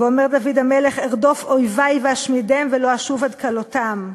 ואומר דוד המלך: "ארדוף אויבי ואשמידם ולא אשוב עד כלותם".